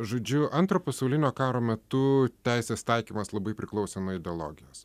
žodžiu antrojo pasaulinio karo metu teisės taikymas labai priklausė nuo ideologijos